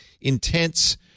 Intense